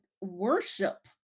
worship